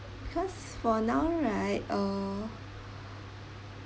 because for now right uh